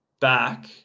back